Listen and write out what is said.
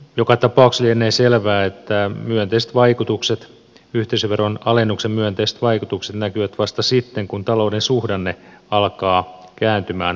joka tapauksessa lienee selvää että yhteisöveron alennuksen myönteiset vaikutukset näkyvät vasta sitten kun talouden suhdanne alkaa kääntymään paremmaksi